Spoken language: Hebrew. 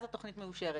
ואז התוכנית מאושרת.